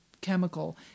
chemical